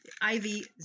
Ivy